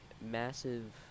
massive